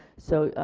so,